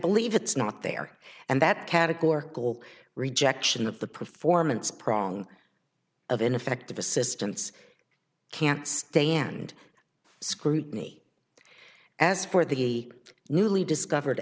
believe it's not there and that categorical rejection of the performance prong of ineffective assistance can't stand scrutiny as for the newly discovered